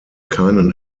keinen